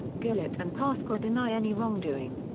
guillet and pasqua deny any wrongdoing.